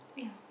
yeah